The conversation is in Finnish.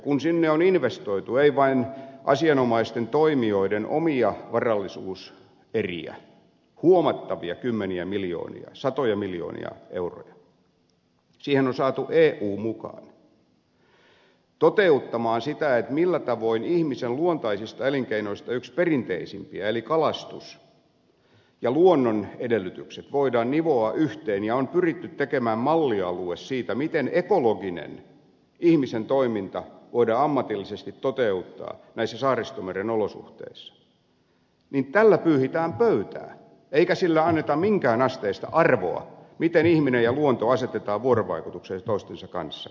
kun sinne on investoitu ei vain asianomaisten toimijoiden omia huomattavia varallisuuseriä kymmeniä miljoonia satoja miljoonia euroja siihen on saatu myös eu mukaan toteuttamaan sitä millä tavoin ihmisen luontaisista elinkeinoista yksi perinteisimpiä eli kalastus ja luonnon edellytykset voidaan nivoa yhteen ja on pyritty tekemään mallialue siitä miten ekologinen ihmisen toiminta voidaan ammatillisesti toteuttaa näissä saaristomeren olosuhteissa niin tällä pyyhitään pöytää eikä anneta minkään asteista arvoa sille miten ihminen ja luonto asetetaan vuorovaikutukseen toistensa kanssa